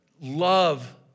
love